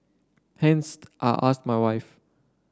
hence I asked my wife